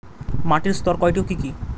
মাটির স্তর কয়টি ও কি কি?